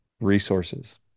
resources